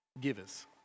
givers